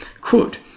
Quote